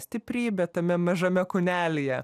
stiprybė tame mažame kūnelyje